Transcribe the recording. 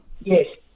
Yes